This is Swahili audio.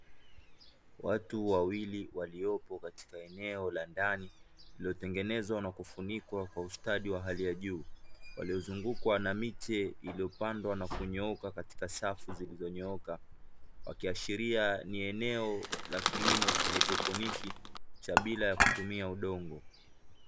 Watu wawili waliopo katika eneo la ndani, lililo tengenezwa na kufunikwa kwa ustadi wa hali ya juu. Walio zungukwa na miche iliyo pandwa na kunyooka katika safu zilizo nyooka. Wakiashiria ni eneo la kilimo cha (hydroponic) cha bila ya kutumia udongo.